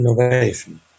innovation